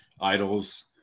idols